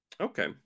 Okay